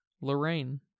Lorraine